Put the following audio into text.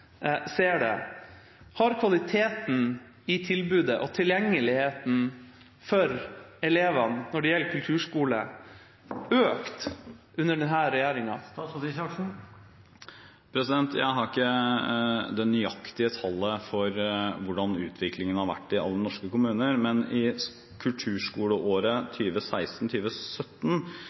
han ser på utviklingen. Slik kunnskapsministeren ser det, har kvaliteten i tilbudet og tilgjengeligheten for elevene når det gjelder kulturskole, økt under denne regjeringa? Jeg har ikke det nøyaktige tallet for hvordan utviklingen har vært i alle norske kommuner, men i kulturskoleåret